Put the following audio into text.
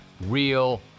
real